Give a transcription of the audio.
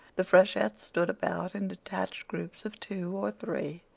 the freshettes stood about in detached groups of two or three,